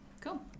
Cool